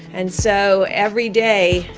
and so every day,